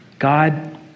God